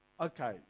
Okay